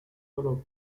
solo